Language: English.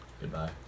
Goodbye